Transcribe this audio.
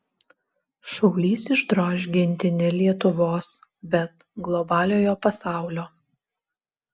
šaulys išdroš ginti ne lietuvos bet globaliojo pasaulio